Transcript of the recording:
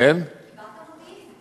קיבלת מודיעין.